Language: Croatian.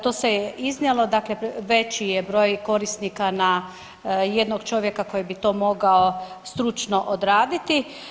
To se je iznijelo, dakle veći je broj korisnika na jednog čovjeka koji bi to mogao stručno odraditi.